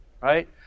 right